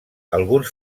alguns